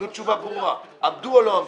תנו תשובה ברורה, עמדו או לא עמדו.